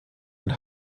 und